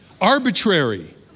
arbitrary